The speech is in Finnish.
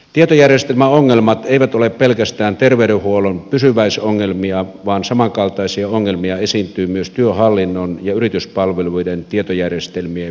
tietojärjestelmäongelmat eivät ole pelkästään terveydenhuollon pysyväisongelmia vaan samankaltaisia ongelmia esiintyy myös työhallinnon ja yrityspalveluiden tietojärjestelmien välillä